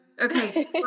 okay